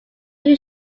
new